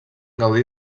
gaudir